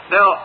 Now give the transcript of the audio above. Now